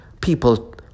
people